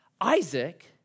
Isaac